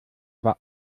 war